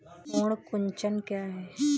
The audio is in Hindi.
पर्ण कुंचन क्या है?